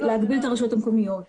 אתם מתעלמים